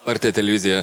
lrt televizija